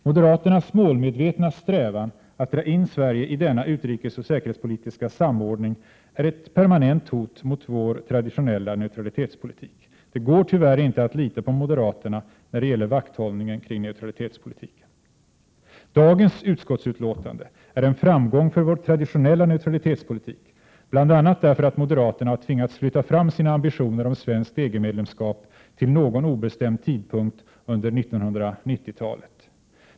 Moderaternas målmedvetna strävan att dra in Sverige i denna utrikesoch säkerhetspolitiska samordning är ett permanent hot mot vår traditionella neutralitetspolitik. Det går tyvärr inte att lita på moderaterna när det gäller vakthållningen kring neutralitetspolitiken. Dagens utskottsutlåtande är en framgång för vår traditionella neutralitetspolitik bl.a. därför att moderaterna har tvingats flytta fram sina ambitioner om svenskt EG-medlemskap till någon obestämd tidpunkt under 1990-talet.